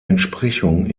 entsprechung